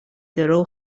درو